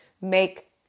make